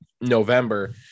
November